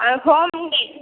ஆ home டெ